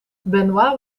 benoît